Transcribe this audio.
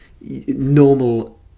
normal